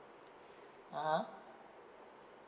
(uh huh)